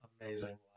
Amazing